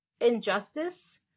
injustice